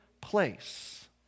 place